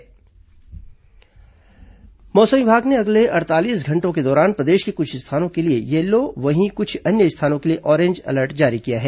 मौसम मौसम विभाग ने अगले अड़तालीस घंटों के लिए प्रदेश के कुछ स्थानों के लिए येलो वहीं कुछ अन्य स्थानों के लिए ऑरेंज अलर्ट जारी किया है